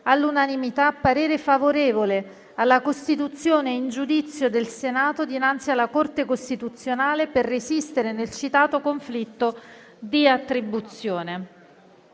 all'unanimità, parere favorevole alla costituzione in giudizio del Senato dinanzi alla Corte costituzionale per resistere nel citato conflitto di attribuzione.